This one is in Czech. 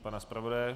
Pana zpravodaje?